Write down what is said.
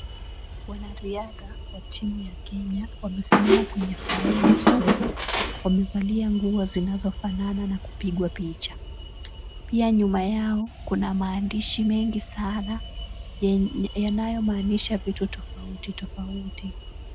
Wanariadha wa timu ya Kenya wamesimama kwenye foleni huku wamevalia nguo zinazofanana na kupigwa picha. Pia nyuma yao kuna maandishi mengi sana yanayomaanisha vitu tofauti tofauti.